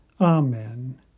Amen